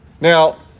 Now